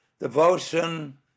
devotion